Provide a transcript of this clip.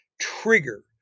trigger